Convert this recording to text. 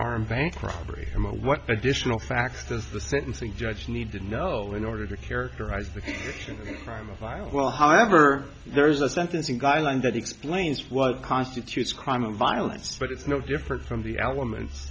armed bank robbery what positional facts does the sentencing judge need to know in order to characterize the crime of violence well however there is a sentencing guideline that explains what constitutes a crime of violence but it's no different from the elements